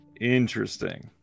Interesting